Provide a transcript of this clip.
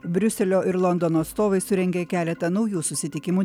briuselio ir londono atstovai surengė keletą naujų susitikimų